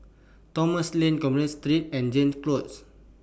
Thomson Lane Commerce Street and Jansen Close